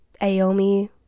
Aomi